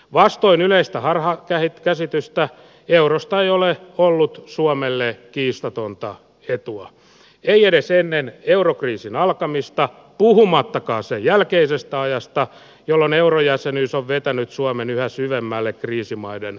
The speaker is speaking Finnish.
vastoin yleistä harha kehitkäsitystä eurosta ei ole ollut suomelle ja kiistatonta etua ei edes ennen eurokriisin alkamisesta puhumattakaan sen jälkeisestä ajasta jolloin eurojäsenyys on vetänyt suomen yhä syvemmälle kriisimaiden